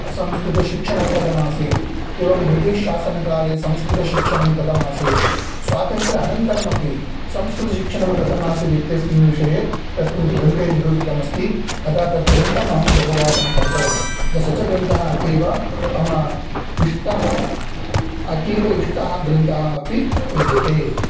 संस्कृतशिक्षणं कथमासीत् एवं ब्रिटीष् शासनकाले संस्कृतशिक्षणं कथमासीत् स्वातन्त्र्य अनन्तरमपि संस्कृतशिक्षणं कथमासीत् इत्यस्मिन् विषये तस्मिन् ग्रन्ते निरूपितमस्ति अतः तद्ग्रन्थमहं बहुवारं पठितवान् स च ग्रन्थः अतीव मम इष्टः अतीव इष्टः ग्रन्थः अपि विद्यते